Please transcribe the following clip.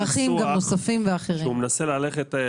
רציתי לחזור לנושא של בחירת השירותים.